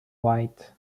white